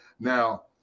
now